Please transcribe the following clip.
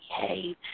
behave